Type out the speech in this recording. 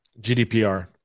GDPR